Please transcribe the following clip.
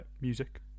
music